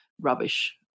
Rubbish